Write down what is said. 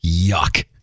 yuck